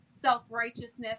self-righteousness